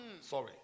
Sorry